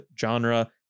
genre